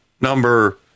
number